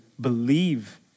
believe